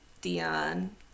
Dion